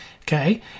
Okay